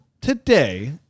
today